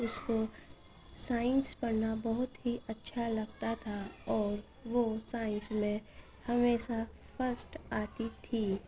اس کو سائنس پڑھنا بہت ہی اچّھا لگتا تھا اور وہ سائنس میں ہمیشہ فرسٹ آتی تھی